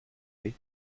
lait